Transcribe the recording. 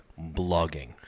Blogging